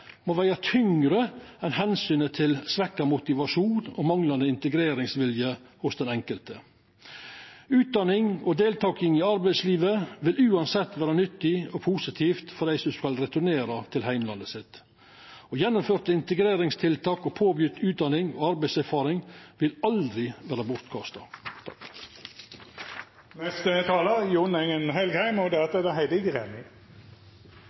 må vega tyngre enn omsynet til svekt motivasjon og manglande integreringsvilje hos den enkelte. Utdanning og deltaking i arbeidslivet vil uansett vera nyttig og positivt for dei som skal returnera til heimlandet sitt. Gjennomførte integreringstiltak og påbegynt utdanning og arbeidserfaring vil aldri vera bortkasta. Det er